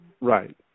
Right